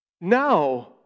Now